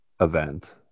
event